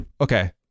Okay